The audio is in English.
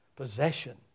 Possession